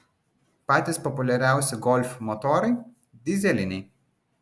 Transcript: patys populiariausi golf motorai dyzeliniai